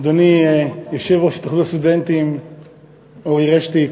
אדוני יושב-ראש התאחדות הסטודנטים אורי רשטיק,